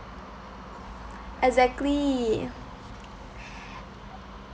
exactly